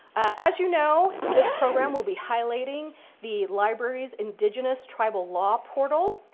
as you know, this program will be highlighting the library's indigenous tribal law portal,